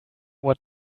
what